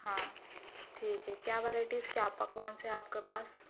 ہاں ٹھیک ہے کیا ورائیٹیز کیا پکوان ہے آپ کے پاس